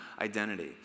identity